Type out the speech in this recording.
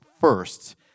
first